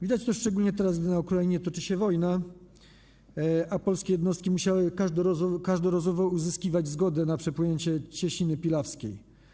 Widać to szczególnie teraz, gdy na Ukrainie toczy się wojna, a polskie jednostki muszą każdorazowo uzyskiwać zgodę na przepłynięcie Cieśniny Pilawskiej.